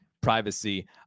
privacy